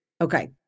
Okay